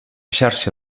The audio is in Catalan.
xarxa